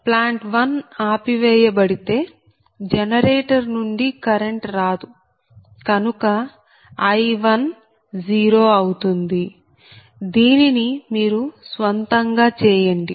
plant 1 ఆపివేయబడితే generator నుండి current రాదు కనుక I1 0 అవుతుంది దీనిని మీరు స్వంతంగా చేయండి